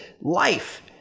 life